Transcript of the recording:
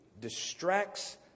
distracts